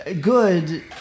good